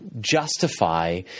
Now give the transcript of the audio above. justify